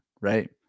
right